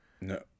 No